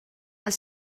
els